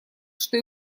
что